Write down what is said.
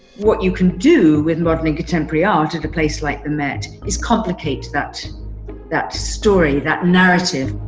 what you can do with modern and contemporary art at a place like the met is complicated. that that story. that narrative